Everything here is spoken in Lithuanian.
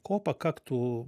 ko pakaktų